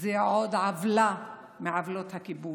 זה עוד עוולה מעוולות הכיבוש.